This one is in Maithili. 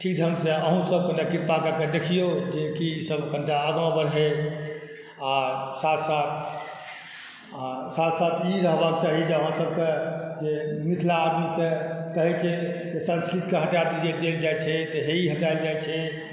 ठीक ढंग से अहुँ सब गोटे कृपा कऽके देखियो जे कि सब कनि टा आगाँ बढ़ै आ साथ साथ आ साथ साथ ई रहबाक चाही जे अहाँ सबके जे मिथिला आदमीके कहै छियै जे संस्कृतके हटाएल जाइ छै तऽ हे ई हटाएल जाइ छै